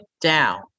Down